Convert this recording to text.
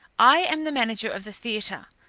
i am the manager of the theatre,